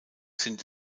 sind